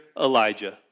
Elijah